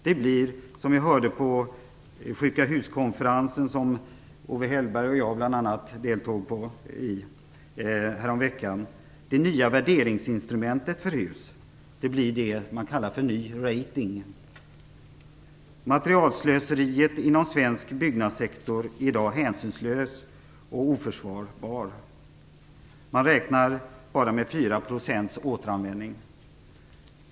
Det blir, som vi hörde på konferensen häromveckan om sjuka hus som bl.a. Owe Hellberg och jag deltog i, ett nytt värderingsinstrument för hus. Det blir vad man kallar för ny "rating". Materialslöseriet inom svensk byggnadssektor är i dag hänsynslöst och oförsvarbart. Man räknar med bara 4 % återanvändning.